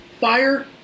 Fire